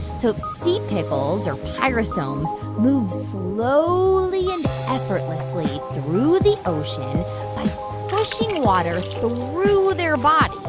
so sea pickles or pyrosomes move slowly and effortlessly through the ocean by pushing water through their body,